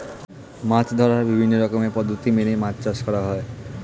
মাছ ধরার বিভিন্ন রকমের পদ্ধতি মেনে মাছ চাষ করা হয়